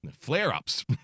flare-ups